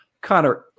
Connor